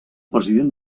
president